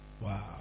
wow